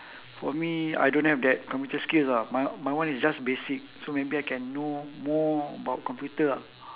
for me I don't have that computer skills ah my my one is just basic so maybe I can know more about computer ah